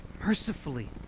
mercifully